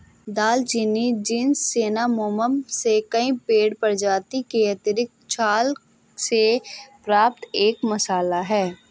दालचीनी genus Cinnamomum से कई पेड़ प्रजातियों की आंतरिक छाल से प्राप्त एक मसाला है